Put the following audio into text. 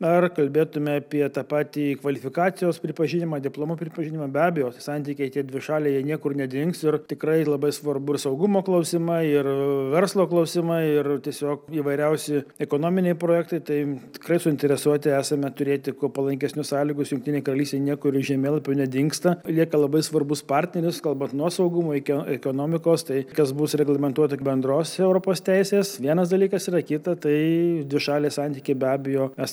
ar kalbėtume apie tą patį kvalifikacijos pripažinimą diplomų pripažinimą be abejo santykiai tie dvišaliai jie niekur nedings ir tikrai labai svarbu ir saugumo klausimai ir verslo klausimai ir tiesiog įvairiausi ekonominiai projektai tai tikrai suinteresuoti esame turėti kuo palankesnius sąlygus jungtinė karalystė niekur iš žemėlapių nedingsta lieka labai svarbus partneris kalbant nuo saugumo iki ekonomikos tai kas bus reglamentuota bendros europos teisės vienas dalykas yra kita tai dvišaliai santykiai be abejo mes